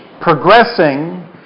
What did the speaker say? progressing